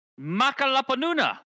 Makalapanuna